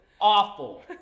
awful